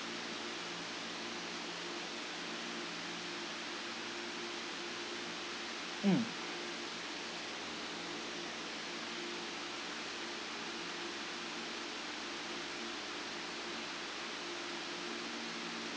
mm